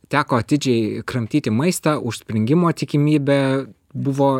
teko atidžiai kramtyti maistą užspringimo tikimybė buvo